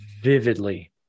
vividly